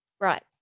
Right